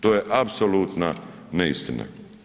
To je apsolutna neistina.